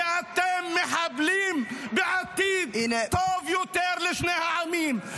כי אתם מחבלים בעתיד טוב יותר לשני העמים.